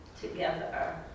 together